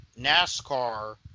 NASCAR